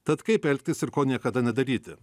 tad kaip elgtis ir ko niekada nedaryti